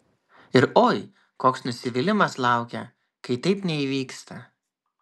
ir oi koks nusivylimas laukia kai taip neįvyksta